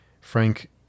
Frank